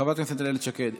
חברת הכנסת איילת שקד,